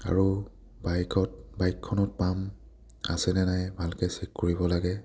আৰু বাইকত বাইকখনত পাম আছেনে নাই ভালকৈ চেক কৰিব লাগে